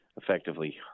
effectively